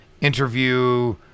interview